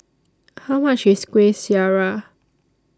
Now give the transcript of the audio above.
How much IS Kuih Syara